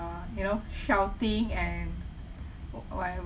um you know shouting and w~ whatever